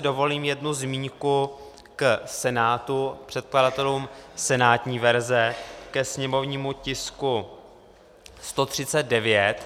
Dovolím si tady jednu zmínku k Senátu, předkladatelům senátní verze ke sněmovnímu tisku 139.